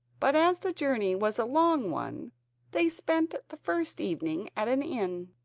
but as the journey was a long one they spent the first evening at an inn.